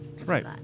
Right